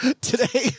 Today